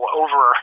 over